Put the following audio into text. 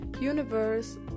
universe